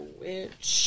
witch